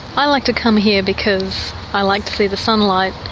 i like to come here because i like to see the sunlight,